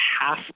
half